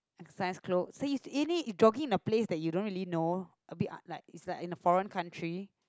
exercise clothes so you se~ jogging in a place that you don't really know a bit like is like in a foreign country